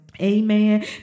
Amen